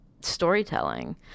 storytelling